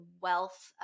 wealth